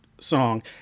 song